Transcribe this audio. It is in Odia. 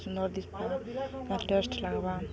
ସୁନ୍ଦର ଦିଶବା ଟେଷ୍ଟ ଲାଗବା